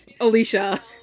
alicia